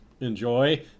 enjoy